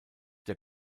der